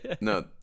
No